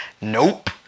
Nope